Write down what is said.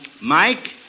Mike